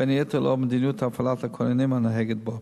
בין היתר לאור מדיניות הפעלת הכוננים הנוהגת בה.